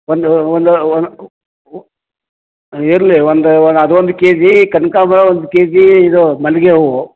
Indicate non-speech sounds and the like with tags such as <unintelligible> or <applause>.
ಒಂದೂ ಒಂದು ಇರಲಿ ಒಂದು <unintelligible> ಅದೊಂದು ಕೆಜೀ ಕನಕಾಂಬ್ರ ಒಂದು ಕೆಜೀ ಇದು ಮಲ್ಲಿಗೆ ಹೂವು